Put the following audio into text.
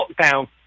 lockdown